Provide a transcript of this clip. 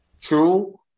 True